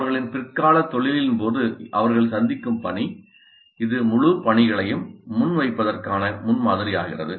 அவர்களின் பிற்காலத் தொழிலின் போது அவர்கள் சந்திக்கும் பணி இது முழு பணிகளையும் முன்வைப்பதற்கான முன்மாதிரியாகிறது